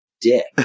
dick